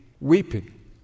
weeping